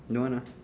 don't want lah